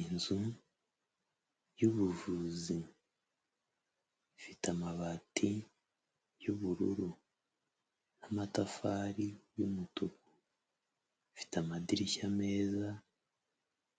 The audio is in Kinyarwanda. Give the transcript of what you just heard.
Inzu y'ubuvuzi ifite amabati y'ubururu n'amatafari y'umutuku, ifite amadirishya meza,